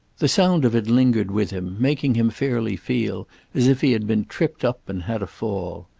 the sound of it lingered with him, making him fairly feel as if he had been tripped up and had a fall.